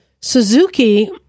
Suzuki